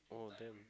oh damn